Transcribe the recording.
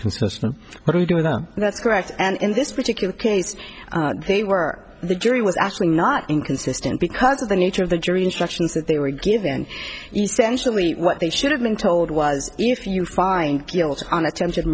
with them that's correct and in this particular case they were the jury was actually not inconsistent because of the nature of the jury instructions that they were given essentially what they should have been told was if you find guilty on attempted